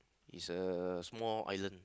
it's a small island